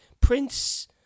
Prince